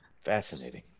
Fascinating